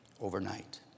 overnight